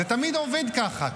זה תמיד עובד ככה.